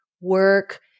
work